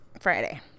Friday